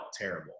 terrible